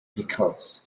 pickles